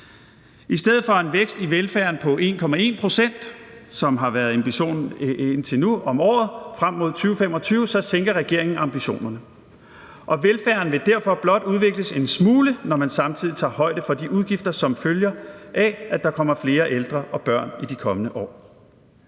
I stedet for en vækst i velfærden på 1,1 pct. om året frem mod 2025, som har været ambitionen indtil nu, så sænker regeringen ambitionerne. Velfærden vil derfor blot udvikles en smule, når man samtidig tager højde for de udgifter, som følger af, at der kommer flere ældre og børn i de kommende år.